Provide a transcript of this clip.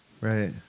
right